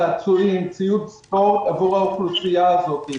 צעצועים וציוד ספורט עבור האוכלוסייה הזאת.